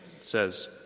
says